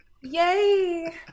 Yay